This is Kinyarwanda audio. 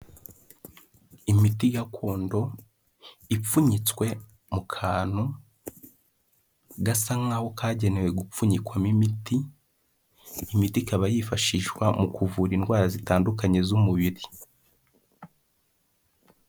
Imiti gakondo ipfunyitswe mu kantu gasa nk'aho kagenewe gupfunyikwamo imiti, imiti ikaba yifashishwa mu kuvura indwara zitandukanye z'umubiri.